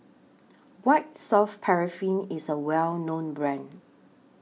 White Soft Paraffin IS A Well known Brand